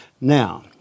Now